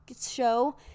show